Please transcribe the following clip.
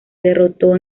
derrotó